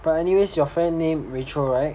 but anyways your friend named rachel right